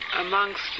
amongst